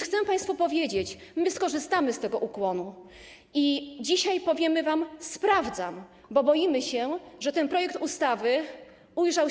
Chcę państwu powiedzieć, że skorzystamy z tego ukłonu i dzisiaj powiemy wam: sprawdzam, bo boimy się, że ten projekt ustawy ujrzał